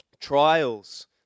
Trials